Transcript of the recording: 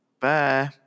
Bye